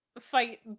fight